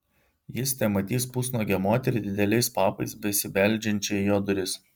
jis tematys pusnuogę moterį dideliais papais besibeldžiančią į jo duris